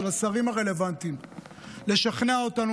של השרים הרלוונטיים לשכנע אותנו.